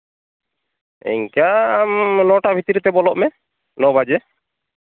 ᱤᱱᱠᱟ ᱟᱢ ᱱᱚᱴᱟ ᱵᱷᱤᱛᱨᱤ ᱛᱮ ᱵᱚᱞᱚᱜ ᱢᱮ ᱱᱚ ᱵᱟᱡᱮ